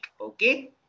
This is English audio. Okay